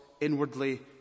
inwardly